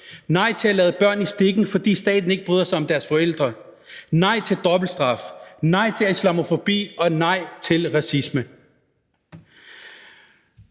nej til at lade børn i stikken, fordi staten ikke bryder sig om deres forældre, nej til dobbelt straf, nej til islamofobi og nej til racisme